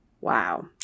wow